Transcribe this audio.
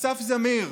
אסף זמיר,